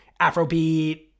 Afrobeat